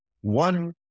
One